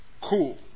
Cool